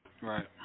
Right